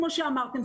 כמו שאמרתם,